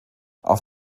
auf